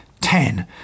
Ten